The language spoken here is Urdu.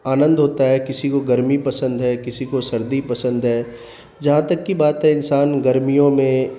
آنند ہوتا ہے کسی کو گرمی پسند ہے کسی کو سردی پسند ہے جہاں تک کی بات ہے انسان گرمیوں میں